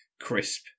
crisp